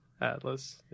Atlas